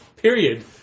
Period